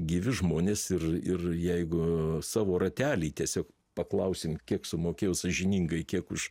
gyvi žmonės ir ir jeigu savo rately tiesiog paklausim kiek sumokėjo sąžiningai kiek už